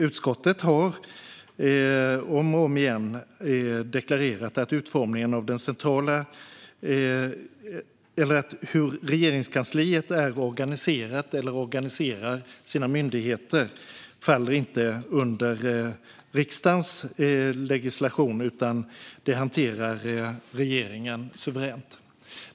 Utskottet har om och om igen deklarerat att hur Regeringskansliet är organiserat eller organiserar sina myndigheter inte faller under riksdagens legislatur, utan det hanterar regeringen suveränt.